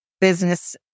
business